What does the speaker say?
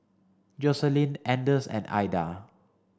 Joselin Anders and Aida